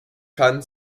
kann